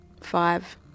Five